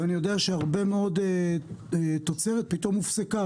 ואני יודע שהרבה מאוד תוצרת משם פתאום הופסקה